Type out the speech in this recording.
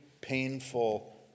painful